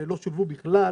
לא שולבו בכלל